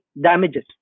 damages